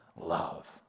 love